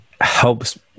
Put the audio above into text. helps